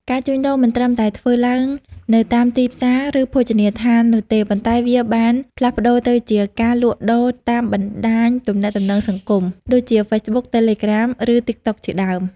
ការជួញដូរមិនត្រឹមតែធ្វើឡើងនៅតាមទីផ្សារឬភោជនីយដ្ឋាននោះទេ ប៉ុន្តែវាបានផ្លាស់ប្ដូរទៅជា ការលក់ដូរតាមបណ្ដាញទំនាក់ទំនងសង្គម ដូចជា ហ្វេសបុក តេលេក្រាម ឬ តីកតុកជាដើម។